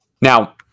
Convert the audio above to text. Now